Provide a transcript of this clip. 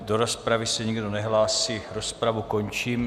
Do rozpravy se nikdo nehlásí, rozpravu končím.